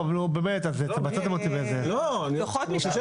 דוחות משטרה,